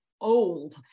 old